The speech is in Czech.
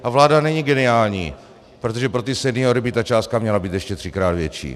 A vláda není geniální, protože pro ty seniory by ta částka měla být ještě třikrát větší.